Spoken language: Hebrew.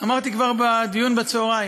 אמרתי כבר בדיון בצהריים: